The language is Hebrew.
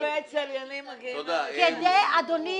אלפי צליינים מגיעים לכאן מ --- אדוני,